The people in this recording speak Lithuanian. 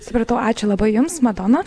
supratau ačiū labai jums madona